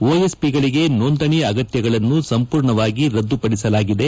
ಒಎಸ್ಪಿಗಳಿಗೆ ನೋಂದಣಿ ಅಗತ್ಯತೆಗಳನ್ನು ಸಂಪೂರ್ಣವಾಗಿ ರದ್ದುಪಡಿಸಲಾಗಿದೆ